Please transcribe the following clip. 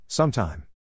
Sometime